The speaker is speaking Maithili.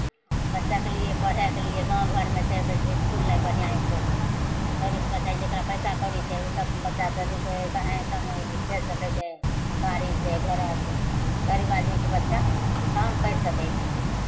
बच्चाके लिए पढ़यके लिए गाँव घरमे छै इसकुल नहि बढ़िआँ एको गो गरीब बच्चा जकरा पइसा कौड़ी छै ओसभ बच्चाके पीछे कहीँ कहीँ भेज सकै छै गाड़ीसँ घोड़ासँ गरीब आदमीके बच्चा कहाँमे पढ़ि सकै छै